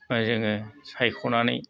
जोङो सायख'नानै